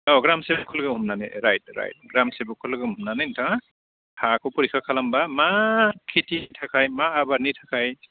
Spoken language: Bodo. अ ग्राम सेब'कखौ लोगो हमनानै राइट राइट ग्राम सेब'कखौ लोगो हमनानै नोंथाङा हाखौ परिक्षा खालामोबा मा खेतिनि थाखाय मा आबादनि थाखाय